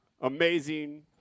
amazing